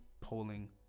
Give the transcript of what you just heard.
polling